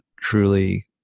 truly